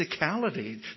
physicality